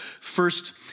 first